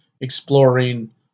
exploring